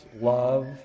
love